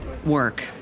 work